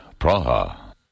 Praha